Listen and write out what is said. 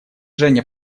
женя